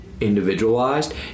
individualized